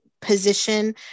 position